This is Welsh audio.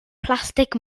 plastig